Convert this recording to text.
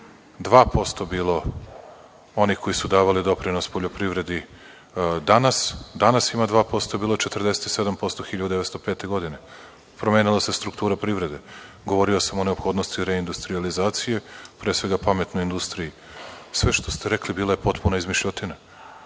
2% onih koji daju doprinos poljoprivredi, a bilo je 47% 1905. godine. Promenila se struktura privrede. Govorio sam o neophodnosti reindustrijalizacije, pre svega pametnoj industriji. Sve što ste rekli bila je potpuna izmišljotina.